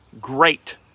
great